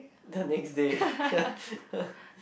the next day